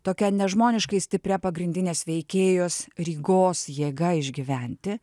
tokia nežmoniškai stipria pagrindinės veikėjos rygos jėga išgyventi